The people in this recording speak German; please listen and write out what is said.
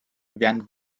werden